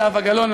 זהבה גלאון,